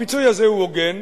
הפיצוי הזה הוא הוגן,